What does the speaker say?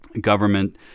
government